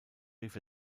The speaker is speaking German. rief